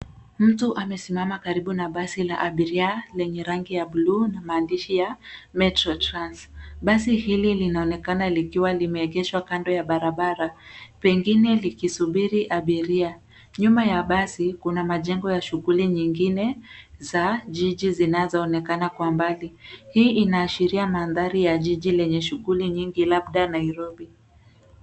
Mtu amesimama karibu na basi la abiria lenye rangi ya bluu na maandishi ya metro trans. Basi hili linaonekana limeegeshwa kando ya barabara wengine likosubiri abiria. Nyuma ya jengo kuna ya